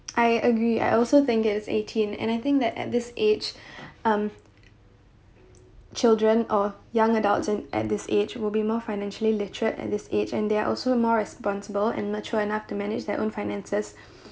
I agree I also think it's eighteen and I think that at this age um children or young adults at at this age will be more financially literate at this age and they are also more responsible and mature enough to manage their own finances